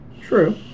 True